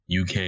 UK